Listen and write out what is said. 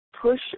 push